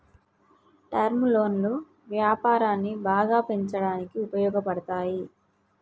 term లోన్లు వ్యాపారాన్ని బాగా పెంచడానికి ఉపయోగపడతాయి